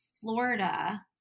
Florida